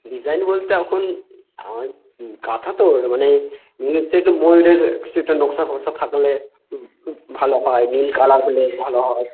design বলতে এখন ওই কাঁথা তো এটা মানে মেন হচ্ছে একটু ময়ূরের সেটা নকশা ফকশা থাকলে ভালো হয় নীল কালার হলে ভালো হয়